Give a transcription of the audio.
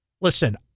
listen